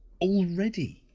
Already